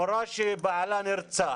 מורה שבעלה נפטר